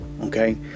okay